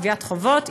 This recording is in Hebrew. גביית חובות,